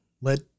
let